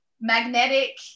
magnetic